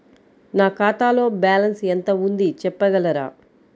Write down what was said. నా ఖాతాలో బ్యాలన్స్ ఎంత ఉంది చెప్పగలరా?